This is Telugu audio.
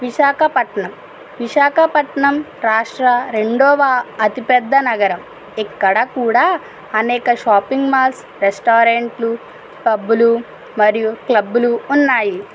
విశాఖపట్నం విశాఖపట్టణం రాష్ట్ర రెండవ అతిపెద్ద నగరం ఇక్కడ కూడా అనేక షాపింగ్ మాల్స్ రెస్టారెంట్లు పబ్బులు మరియు క్లబ్బులు ఉన్నాయి